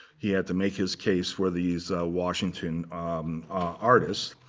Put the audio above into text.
he had to make his case for these washington artists.